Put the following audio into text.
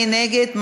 מי נגד?